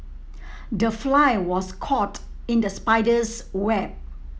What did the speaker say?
the fly was caught in the spider's web